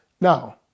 Now